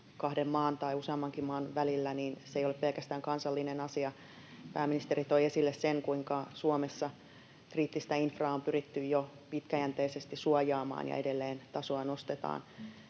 kahden maan tai useammankin maan välillä, ei ole pelkästään kansallinen asia. Pääministeri toi esille sen, kuinka Suomessa kriittistä infraa on pyritty jo pitkäjänteisesti suojaamaan ja edelleen tasoa nostetaan.